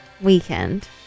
weekend